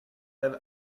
have